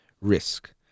risk